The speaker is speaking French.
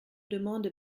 demande